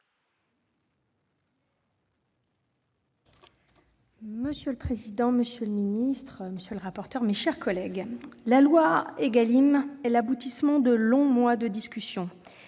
Monsieur le président, monsieur le ministre, mes chers collègues, la loi Égalim est l'aboutissement de longs mois de discussions.